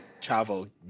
Chavo